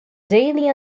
daily